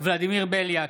ולדימיר בליאק,